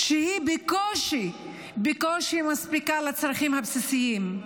שבקושי בקושי מספיקה לצרכים הבסיסיים.